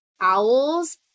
owls